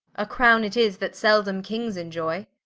a crowne it is, that sildome kings enioy